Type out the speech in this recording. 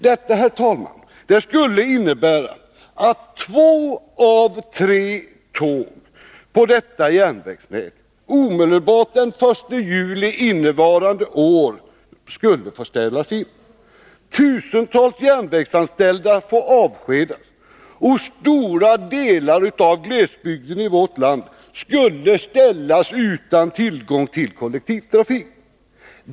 Det, herr talman, skulle innebära att två av tre tåg på detta järnvägsnät omedelbart den 1 juli innevarande år skulle få ställas in. Tusentals järnvägsanställda skulle få avskedas, och stora delar av glesbygden i vårt land skulle ställas utan tillgång till kollektivtrafik.